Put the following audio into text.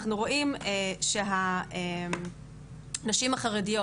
אנחנו רואים שהנשים החרדיות,